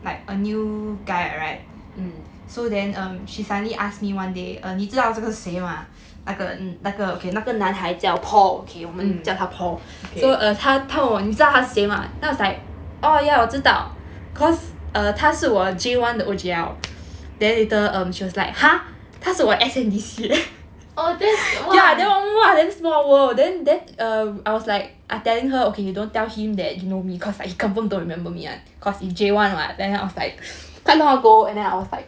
mm mm okay oh that's !wah!